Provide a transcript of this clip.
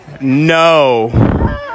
No